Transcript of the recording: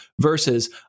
Versus